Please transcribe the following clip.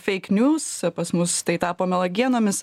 feikniūs pas mus tai tapo melagienomis